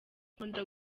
nkunda